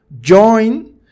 join